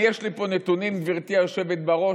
יש לי פה נתונים, גברתי היושבת בראש.